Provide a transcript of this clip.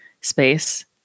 space